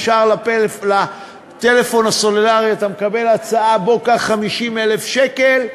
ישר לטלפון הסלולרי אתה מקבל הצעה: בוא קח 50,000 שקל,